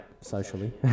socially